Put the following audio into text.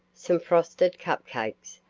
some frosted cup-cakes,